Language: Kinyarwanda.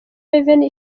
revenue